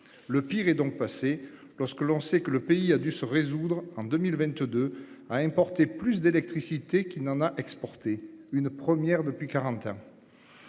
Le pire est donc passé, lorsque l'on sait que le pays a dû se résoudre, en 2022, à importer plus d'électricité qu'il n'en a exportée- une première en quarante ans.